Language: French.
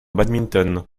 badminton